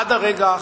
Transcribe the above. עד הרגע האחרון,